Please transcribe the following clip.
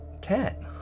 Cat